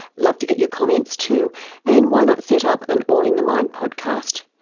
love to get your comments too and why not set up an all in the mind podcast.